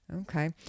Okay